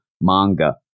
manga